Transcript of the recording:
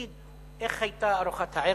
תגיד, איך היתה ארוחת הערב?